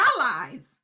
allies